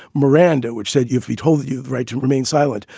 miranda, which said if he told you the right to remain silent.